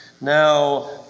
Now